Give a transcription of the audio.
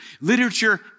literature